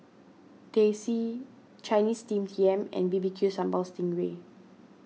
Teh C Chinese Steamed Yam and B B Q Sambal Sting Ray